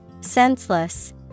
Senseless